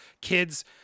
Kids